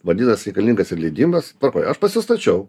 vadinasi reikalingas ir leidimas tvarkoj aš pasistačiau